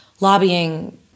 lobbying